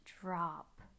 drop